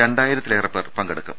രണ്ടായിരത്തിലേറെപേർ പങ്കെടുക്കും